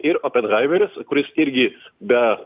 ir openhaimeris kuris irgi be